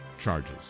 charges